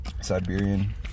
Siberian